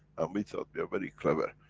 and we thought, we are very clever.